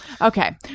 okay